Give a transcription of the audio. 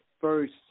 first